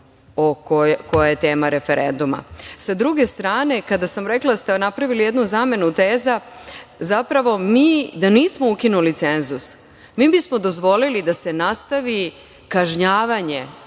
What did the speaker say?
koja je tema referenduma. Sa druge strane, kada sam rekla da ste napravili jednu zamenu teza, zapravo, mi da nismo ukinuli cenzus mi bismo dozvolili da se nastavi kažnjavanje